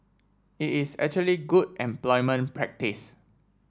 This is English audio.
it is actually good employment practice